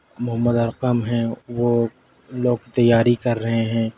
محمد ارقم ہیں وہ لا کی تیاری کر رہے ہیں